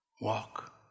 walk